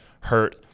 hurt